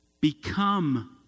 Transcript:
become